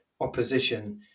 opposition